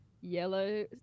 yellow